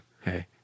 hey